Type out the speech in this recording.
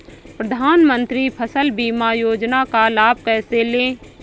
प्रधानमंत्री फसल बीमा योजना का लाभ कैसे लें?